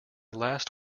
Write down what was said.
last